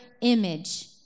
image